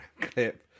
clip